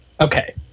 Okay